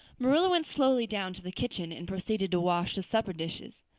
marilla went slowly down to the kitchen and proceeded to wash the supper dishes.